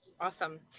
Awesome